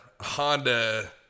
Honda